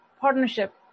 partnership